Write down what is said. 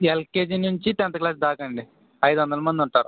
LKG నుంచి tenth class దాకా అండి ఐదు వందలు మంది ఉంటారు